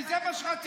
כי זה מה שרציתם.